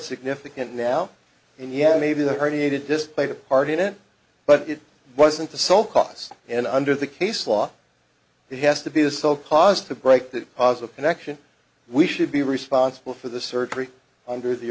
significant now and yet maybe the herniated disc played a part in it but it wasn't the sole cause and under the case law it has to be the sole cause to break that positive connection we should be responsible for the surgery under the